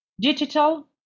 digital